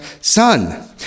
son